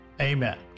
Amen